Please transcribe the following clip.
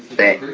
that